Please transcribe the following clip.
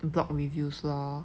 blog reviews lor